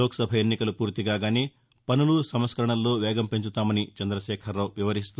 లోక్సభ ఎన్నికలు పూర్తికాగానే పసులు సంస్కరణల్లో వేగం పెంచుతామని చంద్రశేఖరరావు వివరిస్తూ